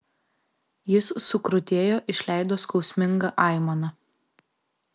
jis sukrutėjo išleido skausmingą aimaną